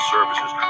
Services